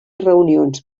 reunions